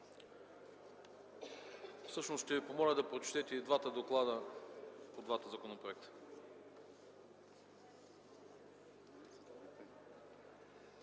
Стойнев, ще Ви помоля да прочетете двата доклада по двата законопроекта.